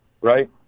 right